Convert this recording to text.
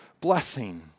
Blessing